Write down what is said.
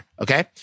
okay